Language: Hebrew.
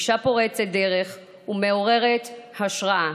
אישה פורצת דרך ומעוררת השראה,